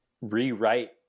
rewrite